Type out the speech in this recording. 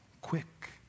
quick